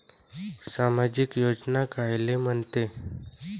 सामाजिक योजना कायले म्हंते?